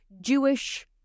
Jewish